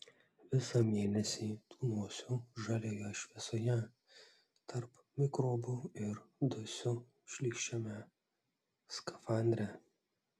visą mėnesį tūnosiu žalioje šviesoje tarp mikrobų ir dusiu šlykščiame skafandre